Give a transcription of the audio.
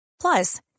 Plus